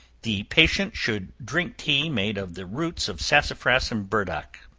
the patient should drink tea made of the roots of sassafras and burdock.